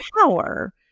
Power